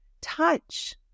Touch